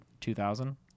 2000